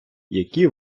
які